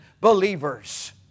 believers